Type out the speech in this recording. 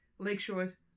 lakeshores